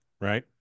right